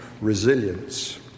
resilience